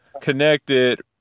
connected